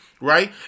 right